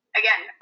again